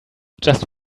just